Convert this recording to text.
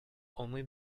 only